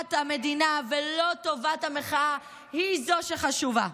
טובת המדינה ולא טובת המחאה היא זו שחשובה.